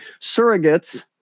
Surrogates